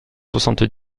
soixante